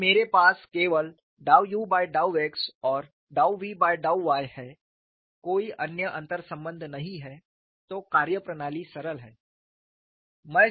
यदि मेरे पास केवल ux और vy है कोई अन्य अंतर्संबंध नहीं है तो कार्यप्रणाली सरल है